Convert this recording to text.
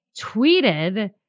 tweeted